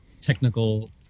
technical